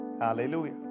hallelujah